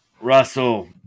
Russell